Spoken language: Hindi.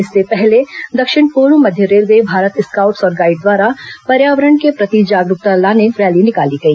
इससे पहले दक्षिण पूर्व मध्य रेलवे भारत स्काउट्स और गाईड द्वारा पर्यावरण के प्रति जागरूकता लाने रैली निकाली गई